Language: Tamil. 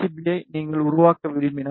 பி யை நீங்கள் உருவாக்க விரும்பினால்